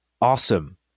awesome